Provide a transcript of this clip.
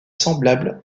semblable